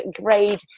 great